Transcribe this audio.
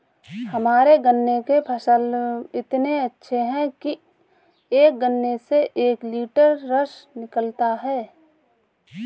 हमारे गन्ने के फसल इतने अच्छे हैं कि एक गन्ने से एक लिटर रस निकालता है